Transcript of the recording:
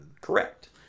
Correct